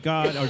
God